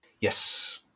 Yes